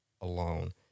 alone